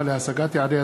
אין נמנעים.